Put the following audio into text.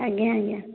ଆଜ୍ଞା ଆଜ୍ଞା